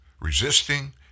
resisting